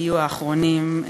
יהיו האחרונים,